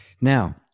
Now